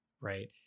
right